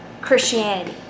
Christianity